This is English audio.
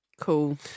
Cool